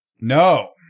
No